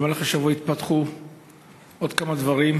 במהלך השבוע התפתחו עוד כמה דברים,